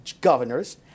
governors